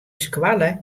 skoalle